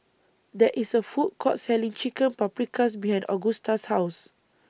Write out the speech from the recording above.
There IS A Food Court Selling Chicken Paprikas behind Augusta's House